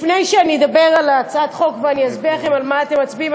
לפני שאני אדבר על הצעת החוק ואני אסביר לכם על מה אתם מצביעים,